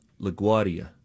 LaGuardia